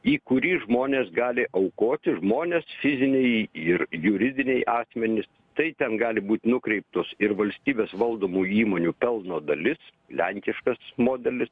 į kurį žmonės gali aukoti žmonės fiziniai ir juridiniai asmenys tai ten gali būt nukreiptos ir valstybės valdomų įmonių pelno dalis lenkiškas modelis